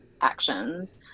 actions